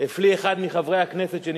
הפליא אחד מחברי הכנסת,